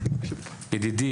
ידידי,